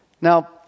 Now